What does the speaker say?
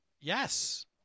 Yes